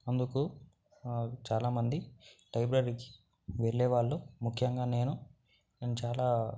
అందుకు చాలామంది లైబ్రరీ వెళ్ళేవాళ్ళు ముఖ్యంగా నేను నేను చాలా